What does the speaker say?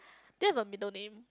do you have a middle name